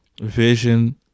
vision